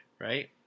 Right